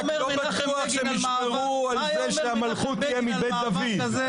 אני רק לא בטוח שהם ישמרו על זה שהמלכות תהיה מבית דוד.